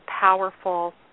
powerful